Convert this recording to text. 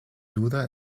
duda